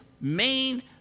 main